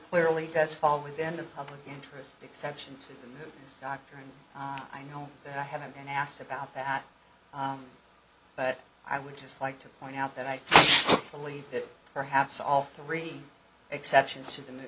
clearly does fall within the public interest exception to this doctrine i know that i haven't been asked about that but i would just like to point out that i believe that perhaps all three exceptions to the